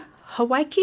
Hawaii